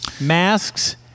Masks